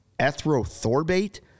Ethrothorbate